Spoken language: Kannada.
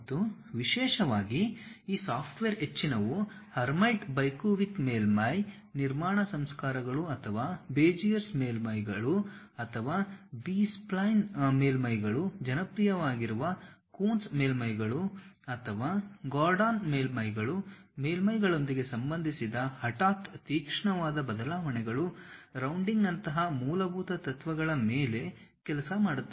ಮತ್ತು ವಿಶೇಷವಾಗಿ ಈ ಸಾಫ್ಟ್ವೇರ್ ಹೆಚ್ಚಿನವು ಹರ್ಮೈಟ್ ಬೈಕ್ಯುಬಿಕ್ ಮೇಲ್ಮೈ ನಿರ್ಮಾಣ ಸಂಸ್ಕಾರಕಗಳು ಅಥವಾ ಬೆಜಿಯರ್ಸ್ ಮೇಲ್ಮೈಗಳು ಅಥವಾ ಬಿ ಸ್ಪ್ಲೈನ್ ಮೇಲ್ಮೈಗಳು ಜನಪ್ರಿಯವಾಗಿರುವ ಕೂನ್ಸ್ ಮೇಲ್ಮೈಗಳು ಅಥವಾ ಗೋರ್ಡಾನ್ಮೇಲ್ಮೈಗಳು ಮೇಲ್ಮೈಗಳೊಂದಿಗೆ ಸಂಬಂಧಿಸಿದ ಹಠಾತ್ ತೀಕ್ಷ್ಣವಾದ ಬದಲಾವಣೆಗಳು ರೌಂಡಿಂಗ್ನಂತಹ ಮೂಲಭೂತ ತತ್ವಗಳ ಮೇಲೆ ಕೆಲಸ ಮಾಡುತ್ತದೆ